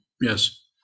Yes